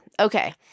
Okay